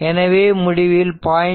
எனவே முடிவில் 0